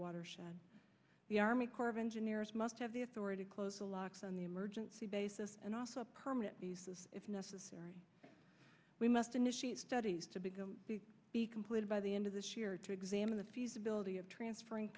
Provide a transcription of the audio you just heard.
watershed the army corps of engineers must have the authority to close the locks on the emergency basis and also permit if necessary we must initiate studies to begin to be completed by the end of this year to examine the feasibility of transferring